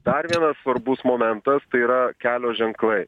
dar vienas svarbus momentas tai yra kelio ženklai